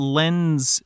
lends